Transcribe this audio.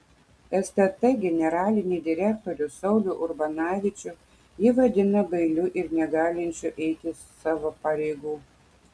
stt generalinį direktorių saulių urbanavičių ji vadina bailiu ir negalinčiu eiti savo pareigų